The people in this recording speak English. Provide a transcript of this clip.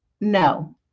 No